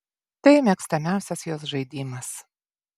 tai mėgstamiausias jos žaidimas